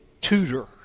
tutor